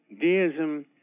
Deism